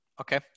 Okay